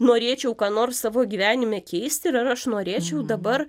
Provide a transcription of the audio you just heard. norėčiau ką nors savo gyvenime keisti ir ar aš norėčiau dabar